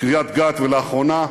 קריית-גת, ולאחרונה,